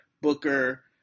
Booker